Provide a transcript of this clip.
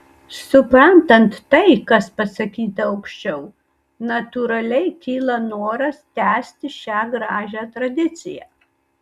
suprantant tai kas pasakyta aukščiau natūraliai kyla noras tęsti šią gražią tradiciją